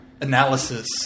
analysis